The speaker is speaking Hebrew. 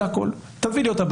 זה הכול; תביא לי אותה,